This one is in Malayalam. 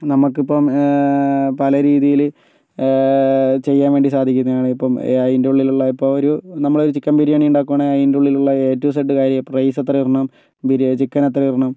നമുക്കിപ്പം പലരീതിയിൽ ചെയ്യാൻ വേണ്ടി സാധിക്കുന്നതാണ് ഇപ്പം അതിൻ്റുള്ളിലുള്ള ഇപ്പോളൊരു നമ്മൾ ചിക്കൻ ബിരിയാണി ഉണ്ടാക്കുവാണേൽ ആതിൻ്റുള്ളിലുള്ള ഏ റ്റു സെഡ് കാര്യം റൈസ് എത്ര ഇടണം ബിരി ചിക്കൻ എത്രയിടണം